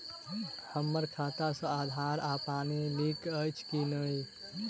हम्मर खाता सऽ आधार आ पानि लिंक अछि की नहि?